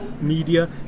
media